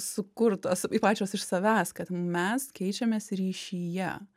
sukurtos į pačios iš savęs kad mes keičiamės ryšyje